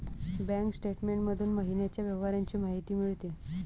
bank statement मधून महिन्याच्या व्यवहारांची माहिती मिळते